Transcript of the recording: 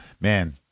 Man